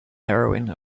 heroine